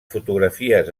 fotografies